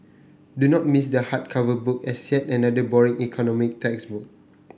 do not miss the hardcover book as yet another boring economic textbook